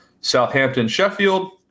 Southampton-Sheffield